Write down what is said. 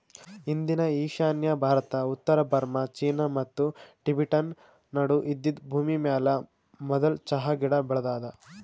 ಇಂದಿನ ಈಶಾನ್ಯ ಭಾರತ, ಉತ್ತರ ಬರ್ಮಾ, ಚೀನಾ ಮತ್ತ ಟಿಬೆಟನ್ ನಡು ಇದ್ದಿದ್ ಭೂಮಿಮ್ಯಾಲ ಮದುಲ್ ಚಹಾ ಗಿಡ ಬೆಳದಾದ